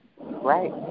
Right